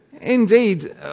Indeed